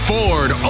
Ford